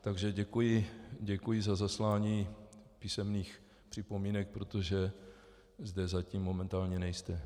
Takže děkuji za zaslání písemných připomínek, protože zde zatím momentálně nejste.